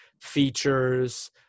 features